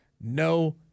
no